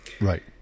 Right